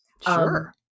sure